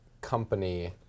company